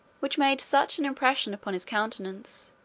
which made such an impression upon his countenance,